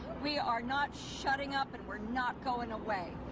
we are not shutting up and we are not going away.